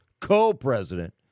co-president